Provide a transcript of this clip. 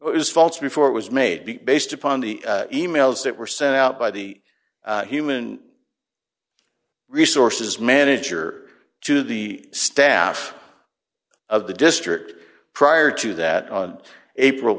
it it was false before it was made be based upon the emails that were sent out by the human resources manager to the staff of the district prior to that on